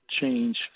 change